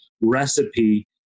recipe